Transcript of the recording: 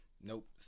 nope